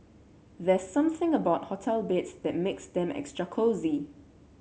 there's something about hotel beds that makes them extra cosy